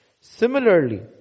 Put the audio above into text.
Similarly